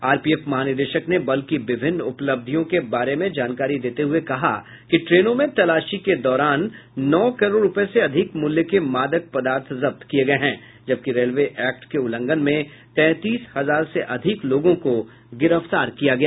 RPF महानिदेशक ने बल की विभिन्न उपलब्धियों के बारे में जानकारी देते हुए कहा कि ट्रेनों में तलाशी के दौरान नौ करोड रुपये से अधिक मूल्य के मादक पदार्थ जब्त किये गये हैं जबकि रेलवे एक्ट के उल्लंघन में तैंतीस हजार से अधिक लोगों को गिरफ्तार किया गया है